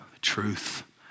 truth